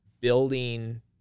building